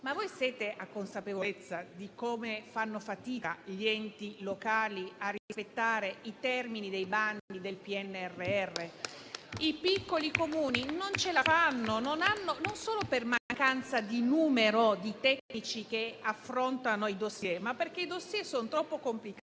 ma siete consapevoli di quanta fatica facciano gli enti locali nel rispettare i termini dei bandi del PNRR? I piccoli Comuni non ce la fanno, non solo per mancanza di numero di tecnici che affrontano i *dossier*, ma perché i *dossier* sono troppo complicati